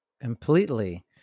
Completely